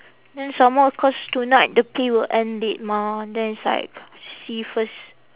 then some more cause tonight the pay will end late mah then it's like see first